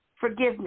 forgiveness